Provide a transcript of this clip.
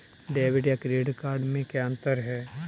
Debit या credit card में क्या अन्तर है?